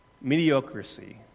Mediocrity